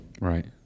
right